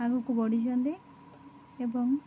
ଆଗକୁ ବଢ଼ିଛନ୍ତି ଏବଂ